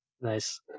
Nice